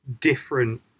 different